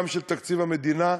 גם של תקציב המדינה,